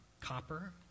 copper